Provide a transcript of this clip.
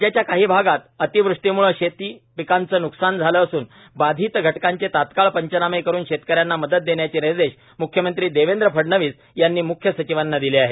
राज्याच्या काही भागात अतिवृष्टीमुळं शेतपिकांचं नुकसान झालं असून बाधित घटकांचे तत्काळ पंचनामे करून शेतकऱ्यांना मदत देण्याचे निर्देश म्ख्यमंत्री देवेंद्र फडणवीस यांनी म्रख्य सचिवांना दिले आहेत